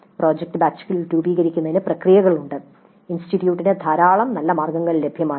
project ബാച്ചുകൾ രൂപീകരിക്കുന്നതിന് പ്രക്രിയകളുണ്ട് ഇൻസ്റ്റിറ്റ്യൂട്ടിന് ധാരാളം നല്ല മാർഗ്ഗങ്ങൾ ലഭ്യമാണ്